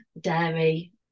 dairy